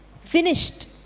finished